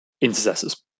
intercessors